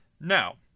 now